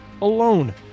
alone